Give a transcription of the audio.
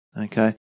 Okay